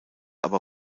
aber